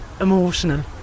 emotional